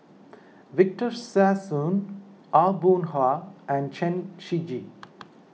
Victor Sassoon Aw Boon Haw and Chen Shiji